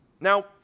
Now